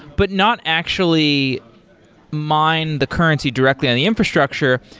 but not actually mine the currency directly on the infrastructure.